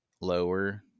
lower